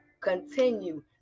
Continue